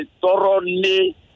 thoroughly